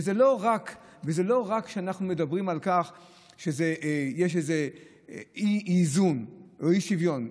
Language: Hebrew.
וזה לא רק שאנחנו מדברים על כך שיש איזה אי-איזון או אי-שוויון.